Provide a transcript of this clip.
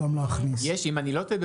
אם אני לא טועה,